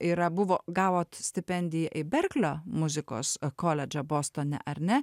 yra buvo gavo stipendiją į berklio muzikos koledžą bostone ar ne